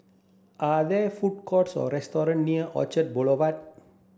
are there food courts or restaurant near Orchard Boulevard